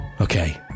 Okay